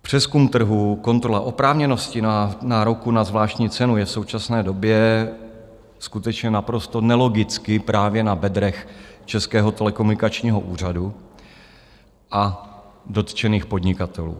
Přezkum trhu, kontrola oprávněnosti nároku na zvláštní cenu je v současné době skutečně naprosto nelogicky právě na bedrech Českého telekomunikačního úřadu a dotčených podnikatelů.